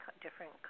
different